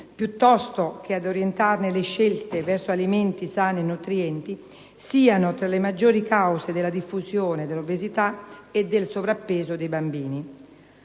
piuttosto che ad orientarne le scelte verso alimenti sani e nutrienti, siano tra le maggiori cause della diffusione dell'obesità e del sovrappeso dei bambini;